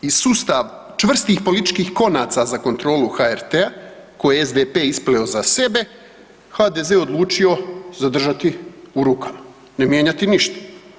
I sustav čvrstih političkih konaca za kontrolu HRT-a koje je SDP ispleo za sebe HDZ odlučio zadržati u rukama, ne mijenjati ništa.